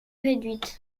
réduite